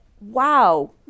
wow